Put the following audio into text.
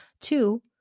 two